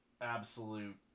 absolute